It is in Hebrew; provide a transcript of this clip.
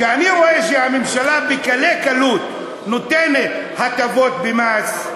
כשאני רואה שהממשלה בקלי קלות נותנת הטבות במס,